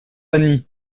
annie